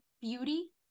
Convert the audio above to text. beauty